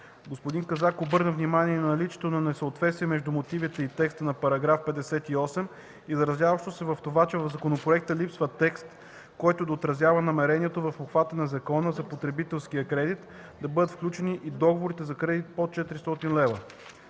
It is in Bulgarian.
Господин Казак обърна внимание и на наличието на несъответствие между мотивите и текста на § 58, изразяващо се в това, че в законопроекта липсва текст, който да отразява намерението в обхвата на Закона за потребителския кредит да бъдат включени и договорите за кредити под 400 лв.